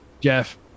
Jeff